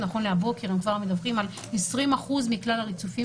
נכון לבוקר זה הם כבר מדברים על 20% מכלל הריצופים